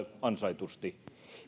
ansaitusti